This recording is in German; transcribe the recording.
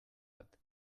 hat